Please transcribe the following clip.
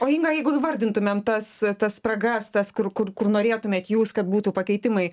o inga jeigu įvardintumėm tas tas spragas tas kur kur kur norėtumėt jūs kad būtų pakeitimai